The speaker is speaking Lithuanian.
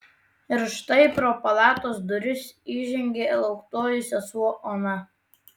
ir štai pro palatos duris įžengė lauktoji sesuo ona